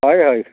ହଇ ହଇ